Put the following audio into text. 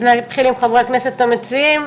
נתחיל עם חברי הכנסת המציעים.